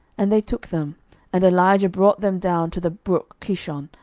and they took them and elijah brought them down to the brook kishon,